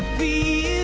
we